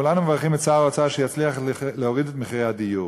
כולנו מברכים את שר האוצר שיצליח להוריד את מחיר הדיור,